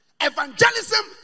Evangelism